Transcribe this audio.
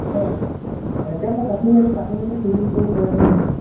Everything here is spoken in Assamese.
অঁ অঁ একেবাৰে কাটি মেলি কাটি মেলি চিজিল কৰি লৈ আহিলেই হ'ল আৰু